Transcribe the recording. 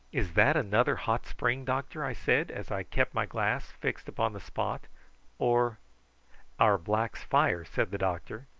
is that another hot spring, doctor? i said, as i kept my glass fixed upon the spot or our blacks' fire, said the doctor.